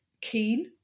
Keen